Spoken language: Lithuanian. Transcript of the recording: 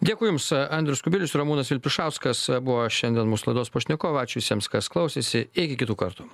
dėkui jums andrius kubilius ramūnas vilpišauskas buvo šiandien mūsų laidos pašnekovai ačiū visiems kas klausėsi iki kitų kartų